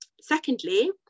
Secondly